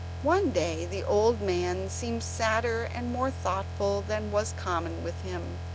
one day the old man seemed sadder and more thoughtful than was common with him,